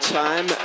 time